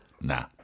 nah